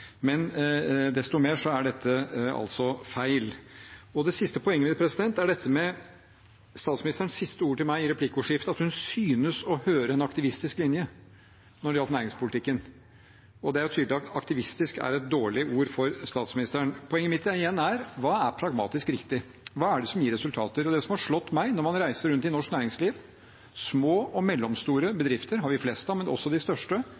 men desto mer er dette altså feil. Det siste poenget mitt er dette med statsministerens siste ord til meg i replikkordskiftet, at hun synes å høre en «aktivistisk» linje når det gjaldt næringspolitikken. Det er tydelig at «aktivistisk» er et dårlig ord for statsministeren. Poenget mitt, igjen, er: Hva er pragmatisk riktig? Hva er det som gir resultater? Det som har slått meg når man reiser rundt i norsk næringsliv, er at små og mellomstore bedrifter, som vi har flest av, men også de største